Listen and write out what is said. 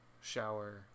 shower